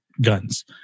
guns